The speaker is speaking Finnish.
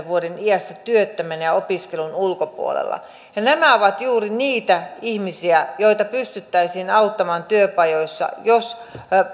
vuoden iässä työttömänä ja opiskelun ulkopuolella nämä ovat juuri niitä ihmisiä joita pystyttäisiin auttamaan työpajoissa jos